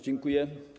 Dziękuję.